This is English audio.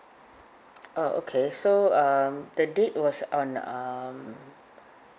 oh okay so um the date was on um